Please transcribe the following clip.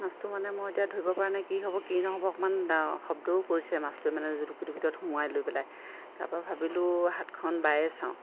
মাছটো মানে মই এতিয়া ধৰিব পৰা নাই কি হ'ব কি নহ'ব অকণমান শব্দও কৰিছে মাছটোৱে মানে জুলুকিটোৰ ভিতৰত সোমোৱাই লৈ পেলাই তাপা ভাবিলোঁ হাতখন বায়ে চাওঁ